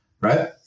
right